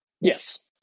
Yes